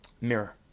mirror